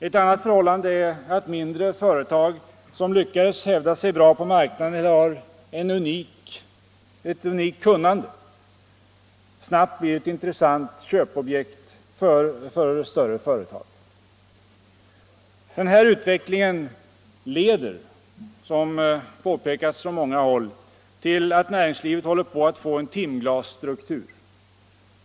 Ett annat förhållande är att mindre företag, som lyckats hävda sig bra på marknaden eller har ett unikt kunnande eller dylikt, snabbt blir ett intressant köpobjekt för större företag. Den här utvecklingen leder —- som påpekats från många håll — till att näringslivet håller på att få en timglasstruktur.